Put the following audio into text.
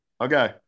Okay